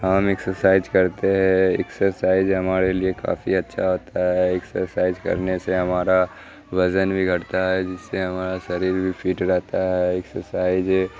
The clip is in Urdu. ہم ایکسرسائج کرتے ہیں ایکسرسائج ہمارے لیے کافی اچھا ہوتا ہے ایکسرسائج کرنے سے ہمارا وزن بھی گھٹتا ہے جس سے ہمارا شریر بھی فٹ رہتا ہے ایکسرسائج